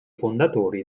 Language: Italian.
fondatori